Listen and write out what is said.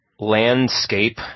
landscape